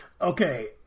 Okay